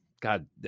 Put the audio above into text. God